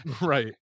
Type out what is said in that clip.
Right